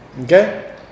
Okay